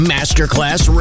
Masterclass